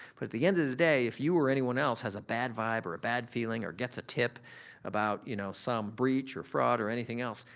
but at the end of the day, if you or anyone else has a bad vibe or a bad feeling or gets a tip about you know some breach or fraud or anything else,